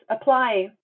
apply